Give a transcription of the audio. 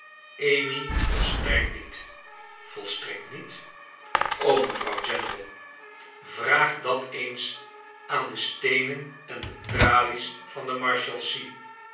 volstrekt niet volstrekt niet o mevrouw general vraag dat eens aan de steenen en de tralies van de